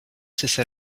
cesse